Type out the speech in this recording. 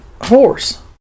horse